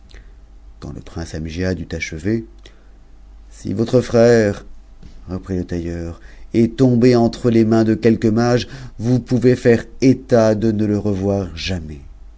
quand le prince amgiad eut achevé si votre frère reprit le ailleur est tombé entre les mains de quelque mage vous pouvez faire aat de ne le revoir jamais